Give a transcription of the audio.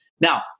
Now